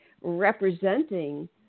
representing